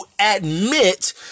admit